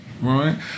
right